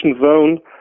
zone